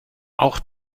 auch